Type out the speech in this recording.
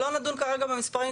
לא נדון כרגע במספרים,